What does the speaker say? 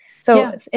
So-